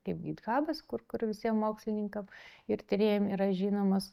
kaip hithabas kur kur visiem mokslininkam ir tyrėjam yra žinomas